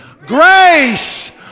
Grace